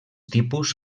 tipus